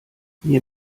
mir